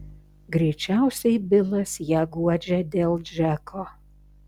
greičiausiai bilas ją guodžia dėl džeko